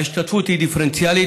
ההשתתפות היא דיפרנציאלית,